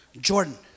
Jordan